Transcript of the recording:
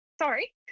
sorry